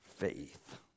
faith